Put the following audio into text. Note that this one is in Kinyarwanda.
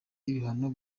ibihano